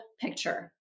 picture